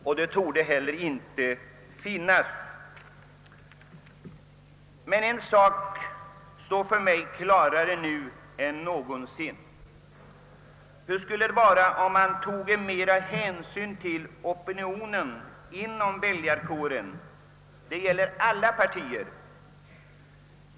Någon sådan torde heller inte finnas. En sak står emellertid för mig klarare nu än någonsin. Hur skulle det vara, om man toge mera hänsyn till opinionen inom väljarkåren? Det gäller alla partier.